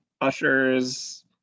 ushers